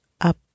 up